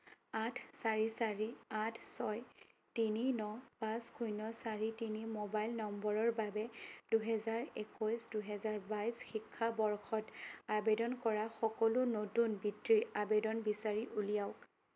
আঠ চাৰি চাৰি আঠ ছয় তিনি ন পাঁচ শূন্য চাৰি তিনি মোবাইল নম্বৰৰ বাবে দুই হাজাৰ একৈছ দুই হাজাৰ বাইছ শিক্ষাবৰ্ষত আবেদন কৰা সকলো নতুনচ বৃত্তিৰ আবেদন বিচাৰি উলিয়াওক